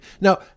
Now